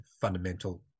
fundamental